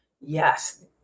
Yes